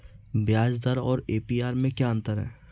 ब्याज दर और ए.पी.आर में क्या अंतर है?